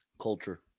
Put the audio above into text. culture